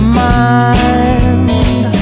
mind